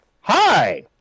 Hi